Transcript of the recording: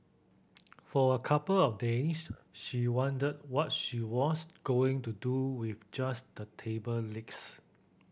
for a couple of days she wondered what she was going to do with just the table legs